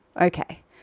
Okay